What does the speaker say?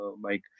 Mike